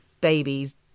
babies